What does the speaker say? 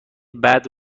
بعد